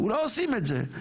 לא עושים את זה,